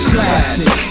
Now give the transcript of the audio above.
Classic